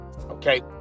okay